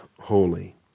holy